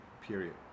period